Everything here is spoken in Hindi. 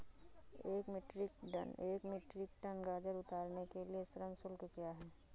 एक मीट्रिक टन गाजर उतारने के लिए श्रम शुल्क क्या है?